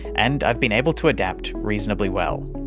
and i've been able to adapt reasonably well.